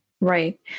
right